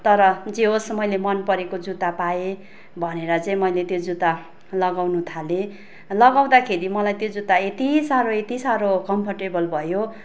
तर जे होस् मैले मन परेको जुत्ता पाएँ भनेर चाहिँ मैले त्यो जुत्ता लगाउनु थालेँ लगाउँदाखेरि मलाई त्यो जुत्ता यति साह्रो यति साह्रो कम्फर्टेबल भयो